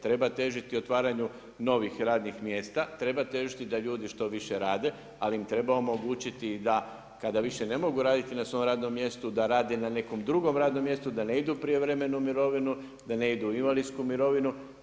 Treba težiti otvaranju novih radnih mjesta, treba težiti da ljudi što više rade, ali im treba omogućiti i da kada više ne mogu raditi na svom radnom mjestu da rade na nekom drugom radnom mjestu, da ne idu u prijevremenu mirovinu, da ne idu u invalidsku mirovinu.